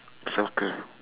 soccer